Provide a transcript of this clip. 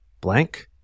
blank